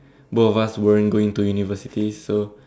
both of us were going in university so